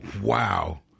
Wow